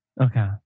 okay